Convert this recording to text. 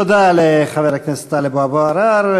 תודה לחבר הכנסת טלב אבו עראר.